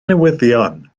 newyddion